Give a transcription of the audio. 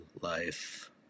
life